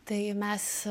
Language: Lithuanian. tai mes